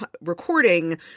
recording